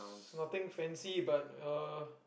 is nothing fancy but uh